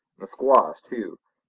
the squaws too,